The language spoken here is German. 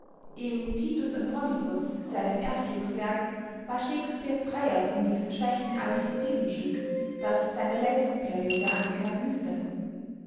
im titus andronicus seinem erstlingswerk war shakespeare freier von diesen schwächen als in diesem stück das seiner letzten periode angehören müßte